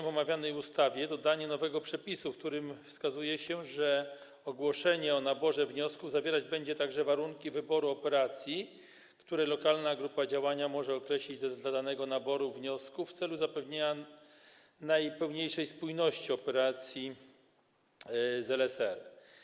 W omawianej ustawie proponuje się dodanie nowego przepisu, w którym wskazuje się, że ogłoszenie o naborze wniosków zawierać będzie także warunki wyboru operacji, które lokalna grupa działania może określić dla danego naboru wniosków w celu zapewnienia najpełniejszej spójności operacji z LSR.